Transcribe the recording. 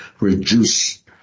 reduce